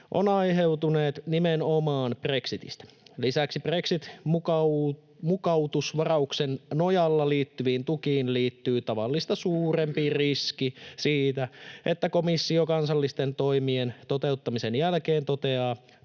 on aiheutunut nimenomaan brexitistä. Lisäksi brexit-mukautusvarauksen nojalla liittyviin tukiin liittyy tavallista suurempi riski siitä, että komissio kansallisten toimien toteuttamisen jälkeen toteaa